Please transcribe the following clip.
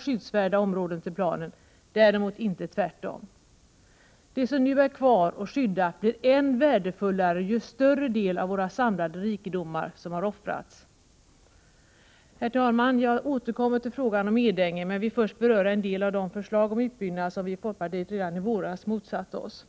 skyddsvärda områden till planen — däremot inte tvärtom. Det som nu är kvar och skydda blir än värdefullare ju större del av våra samlade rikedomar som har offrats. Herr talman! Jag återkommer till frågan om Edänge men vill först beröra en del av de förslag om utbyggnad som vi i folkpartiet redan i våras motsatte OSS.